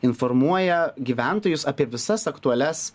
informuoja gyventojus apie visas aktualias